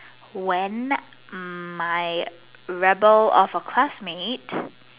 when my rebel of a classmate